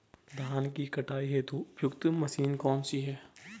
धान की कटाई हेतु उपयुक्त मशीन कौनसी है?